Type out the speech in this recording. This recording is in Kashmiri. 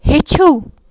ہیٚچھِو